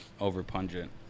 over-pungent